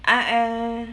I uh